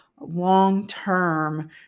long-term